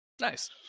Nice